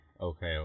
okay